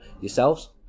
yourselves